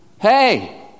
hey